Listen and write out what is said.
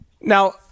Now